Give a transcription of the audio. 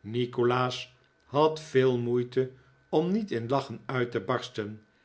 nikolaas had veel moeite om niet in lachen uit te barsten